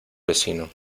vecino